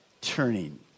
turning